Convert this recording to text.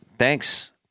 Thanks